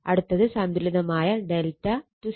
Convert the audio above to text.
അടുത്തത് സന്തുലിതമായ ∆ Y കണക്ഷനാണ്